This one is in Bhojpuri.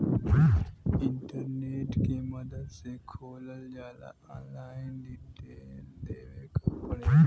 इंटरनेट के मदद से खोलल जाला ऑनलाइन डिटेल देवे क पड़ेला